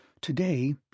Today